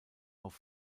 auch